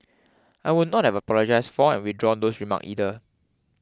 I would not have apologise for and withdrawn those remark either